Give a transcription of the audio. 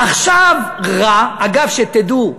עכשיו רע, אגב, שתדעו,